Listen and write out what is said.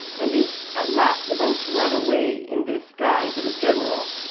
and is at last about to run away in the disguise of a general.